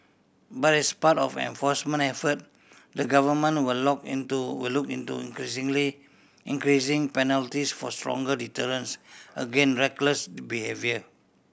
but as part of enforcement effort the government will lock into will look into increasingly increasing penalties for stronger deterrence against reckless D behaviour